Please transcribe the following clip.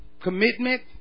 commitment